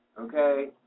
Okay